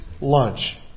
lunch